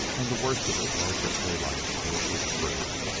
and the worst of it was that daylight knew it was true.